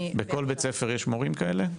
בכל בית-ספר יש מורים כאלה?